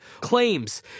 claims